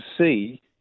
see